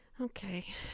Okay